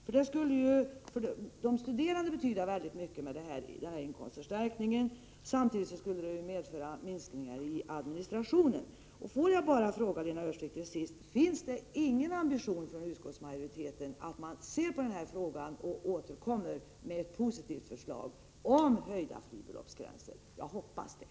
För de studerande betyder det väldigt mycket att få en inkomstförstärkning, samtidigt som det skulle medföra minskningar i administrationen. Låt mig bara fråga Lena Öhrsvik: Finns det ingen ambition hos utskottsmajoriteten att se på den här frågan och återkomma med förslag om höjda fribeloppsgränser? Jag hoppas det.